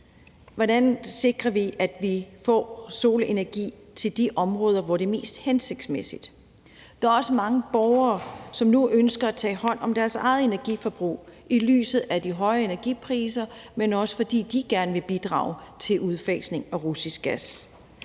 Hvordan sikrer vi, at vi får solenergi til de områder, hvor det er mest hensigtsmæssigt? Der er også mange borgere, som nu ønsker at tage hånd om deres eget energiforbrug, ikke alene set i lyset af de høje energipriser, men også fordi de gerne vil bidrage til udfasning af russisk gas.